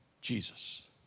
Jesus